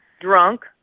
drunk